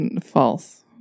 false